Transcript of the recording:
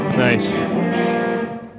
Nice